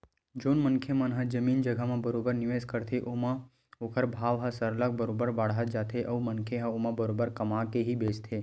जउन मनखे मन ह जमीन जघा म बरोबर निवेस करथे ओखर भाव ह सरलग बरोबर बाड़त जाथे अउ मनखे ह ओमा बरोबर कमा के ही बेंचथे